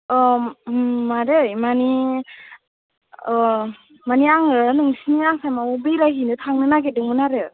औ मादै मानि मानि आङो नोंसिनि आसामाव बेरायहैनो थांनो नागिरदोंमोन आरो